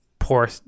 poor